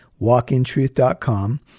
walkintruth.com